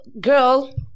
girl